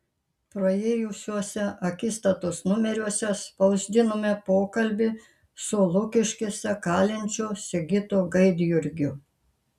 praėjusiuose akistatos numeriuose spausdinome pokalbį su lukiškėse kalinčiu sigitu gaidjurgiu